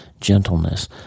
gentleness